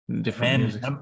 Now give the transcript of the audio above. different